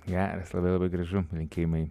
geras labai labai gražu rinkimai